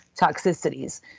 toxicities